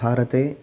भारते